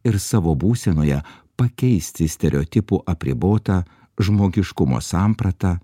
ir savo būsenoje pakeisti stereotipų apribotą žmogiškumo sampratą